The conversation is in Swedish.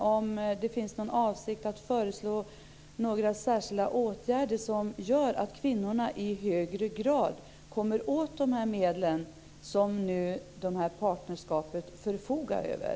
Har man för avsikt att föreslå särskilda åtgärder som gör att kvinnor i högre grad kommer åt de medel som partnerskapet förfogar över?